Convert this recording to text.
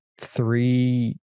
three